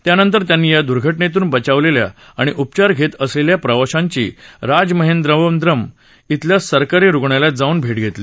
त्यानंतर त्यांनी या द्र्घटनप्रून बचावलस्या आणि उपचार घत्न असलस्या प्रवाशांची राजमहेंद्रवरम इथल्या सरकारी रुग्णालयात जाऊन भव घवली